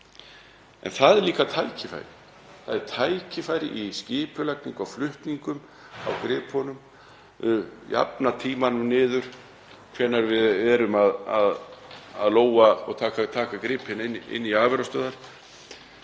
en það er líka tækifæri. Það er tækifæri í skipulagningu á flutningum á gripunum, að jafna tímanum niður, hvenær við erum að lóga og taka gripina inn í afurðastöðvar,